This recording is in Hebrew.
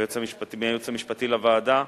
מהייעוץ המשפטי לוועדה,